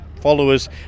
followers